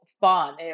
fun